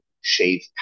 shave